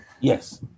yes